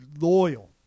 loyal